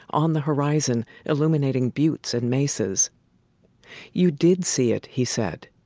on the horizon, illuminating buttes and mesas you did see it he said.